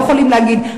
לא יכולים להגיד.